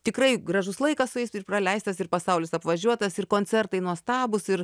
tikrai gražus laikas su jais praleistas ir pasaulis apvažiuotas ir koncertai nuostabūs ir